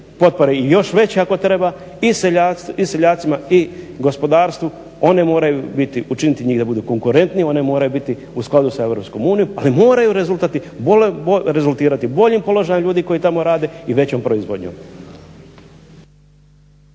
potpore i još veće ako treba i seljacima i gospodarstvu. One moraju biti, učiniti njih da budu konkurentnije, one moraju biti u skladu sa EU ali moraju rezultirati boljim položajem ljudi koji tamo rade i većom proizvodnjom.